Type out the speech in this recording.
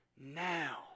Now